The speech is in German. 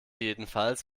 jedenfalls